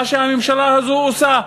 מה שהממשלה הזאת עושה,